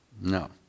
No